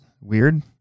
weird